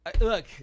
Look